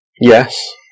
Yes